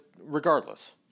regardless